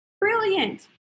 Brilliant